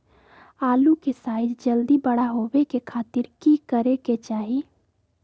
आलू के साइज जल्दी बड़ा होबे के खातिर की करे के चाही?